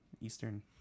Eastern